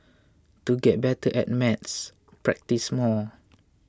to get better at maths practise more